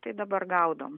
tai dabar gaudom